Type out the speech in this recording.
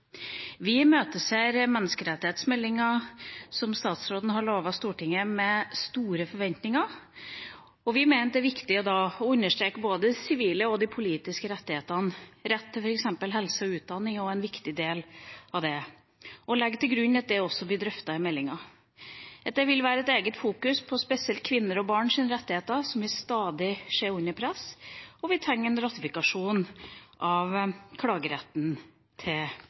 Vi imøteser menneskerettighetsmeldinga, som statsråden har lovet Stortinget, med store forventninger, og vi mener at det er viktig å understreke både de sivile og de politiske rettighetene – rett til f.eks. helse og utdanning er en viktig del av det – og legger til grunn at det også blir drøftet i meldinga, at det vil være et eget fokus på spesielt kvinner og barns rettigheter, som vi stadig ser er under press, og at vi trenger en ratifikasjon av klageretten til